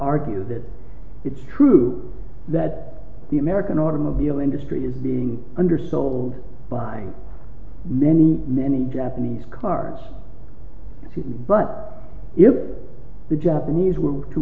argue that it's true that the american automobile industry is being under sold by many many japanese cars but if the japanese were to